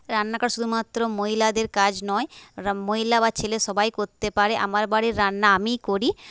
রান্না করা শুধুমাত্র মহিলাদের কাজ নয় মহিলা বা ছেলে সবাই করতে পারে আমার বাড়ির রান্না আমিই করি